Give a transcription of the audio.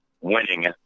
winning